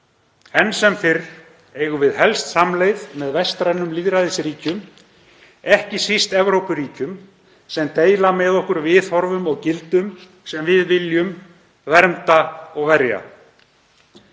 Enn sem fyrr eigum við helst samleið með vestrænum lýðræðisríkjum, ekki síst Evrópuríkjum sem deila með okkur viðhorfum og gildum sem við viljum vernda og verja.